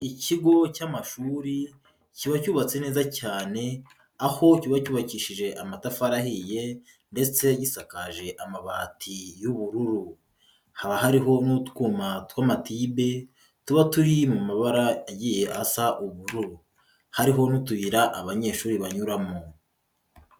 Ikigo cy'amashuri kiba cyubatswe neza cyane, aho kiba cyubakishije amatafari ahiye ndetse gisakaje amabati y'ubururu, haba hariho n'utwuma tw'amatibe, tuba turi mu mabara agiye asa ubururu, hariho n'utuyira abanyeshuri banyuramo.